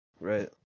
Right